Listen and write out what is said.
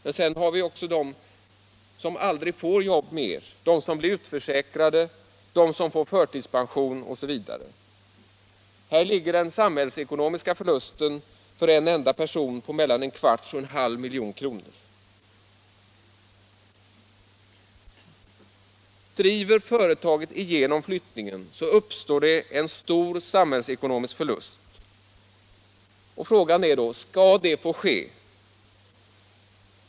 Men sedan har vi också dem som aldrig får jobb mera, dem som blir utförsäkrade, dem som får förtidspension osv. Här ligger den samhällsekonomiska förlusten för en enda person på mellan en kvarts och en halv miljon kronor. Driver företaget igenom flyttningen, uppstår det en stor samhällseko 27 nomisk förlust. Frågan är: Skall detta få ske?